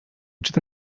czyta